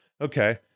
Okay